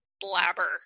blabber